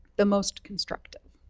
the most constructive.